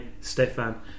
Stefan